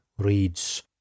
reads